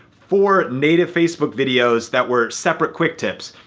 four native facebook videos that were separate quick tips.